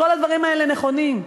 כל הדברים האלה נכונים.